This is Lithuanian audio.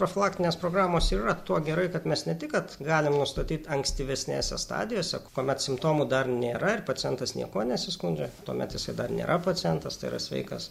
profilaktinės programos ir yra tuo gerai kad mes ne tik kad galim nustatyt ankstyvesnėse stadijose kuomet simptomų dar nėra ir pacientas niekuo nesiskundžia tuomet jisai dar nėra pacientas tai yra sveikas